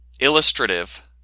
illustrative